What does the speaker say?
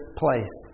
place